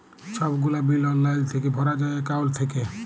ছব গুলা বিল অললাইল থ্যাইকে ভরা যায় একাউল্ট থ্যাইকে